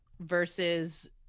versus